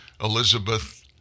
Elizabeth